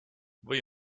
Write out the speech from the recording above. või